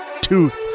tooth